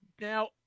Now